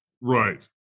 Right